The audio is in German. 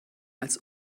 als